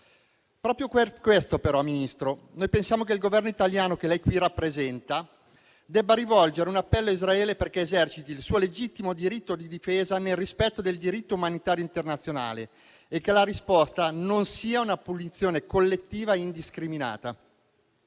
Presidente del Consiglio, noi pensiamo che il Governo italiano che lei qui rappresenta debba rivolgere un appello a Israele perché eserciti il suo legittimo diritto di difesa nel rispetto del diritto umanitario internazionale e che la risposta non sia una punizione collettiva indiscriminata.